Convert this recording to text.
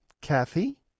Kathy